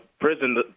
prison